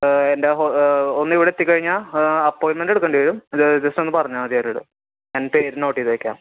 എൻ്റെ ആ ഫോൺ ഒന്നിവിടെ എത്തിക്കഴിഞ്ഞാൽ അപ്പോയ്മെൻ്റ് എടുക്കേണ്ടി വരും ഇത് ജസ്റ്റൊന്ന് പറഞ്ഞാൽ മതി അവരോട് ഞാൻ പേര് നോട്ട് ചെയ്ത് വയ്ക്കാം